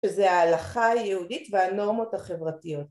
שזה ההלכה היהודית והנורמות החברתיות